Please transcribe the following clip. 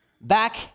back